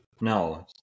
No